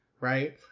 Right